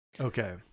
Okay